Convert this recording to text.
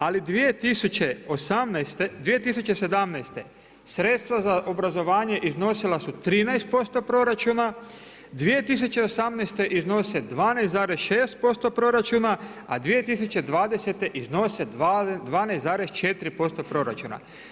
Ali 2018., 2017. sredstva za obrazovanje iznosila su 13% proračuna, 2018. iznose 12,6% proračuna, a 2020. iznose 12,4% proračuna.